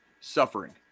suffering